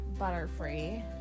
Butterfree